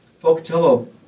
Pocatello